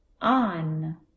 on